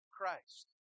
Christ